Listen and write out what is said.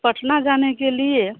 पटना जाने के लिए